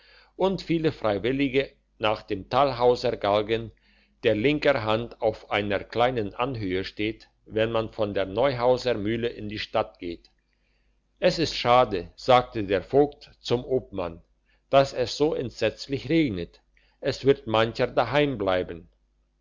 und viele freiwillige nach dem talhauser galgen der linker hand auf einer kleinen anhöhe steht wenn man von der neuhauser mühle in die stadt geht es ist schade sagte der vogt zum obmann dass es so entsetzlich regnet es wird mancher daheim bleiben